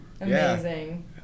Amazing